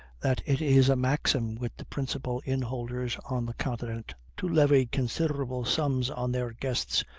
that it is a maxim with the principal inn-holders on the continent, to levy considerable sums on their guests,